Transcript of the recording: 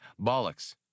Bollocks